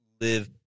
live